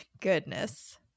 Goodness